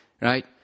right